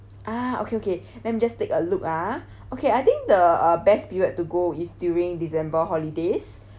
ah okay okay let me just take a look ah okay I think the uh best period to go is during december holidays